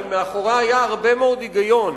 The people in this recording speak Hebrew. כי מאחוריה היה הרבה מאוד היגיון.